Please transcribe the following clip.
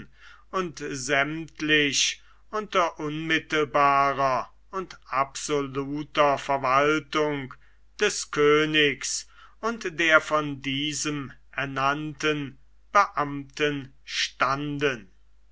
und sämtlich unter unmittelbarer und absoluter verwaltung des königs und der von diesem ernannten beamten standen